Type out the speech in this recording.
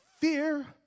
Fear